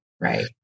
Right